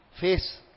face